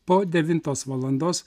po devintos valandos